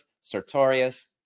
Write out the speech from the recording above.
sartorius